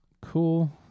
Cool